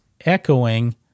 echoing